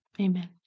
Amen